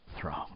throne